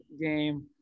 game